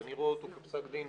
שאני רואה אותו כפסק דין